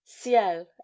ciel